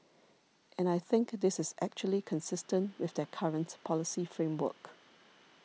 and I think this is actually consistent with their current policy framework